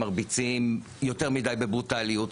ומרביצים יותר מדי בברוטאליות.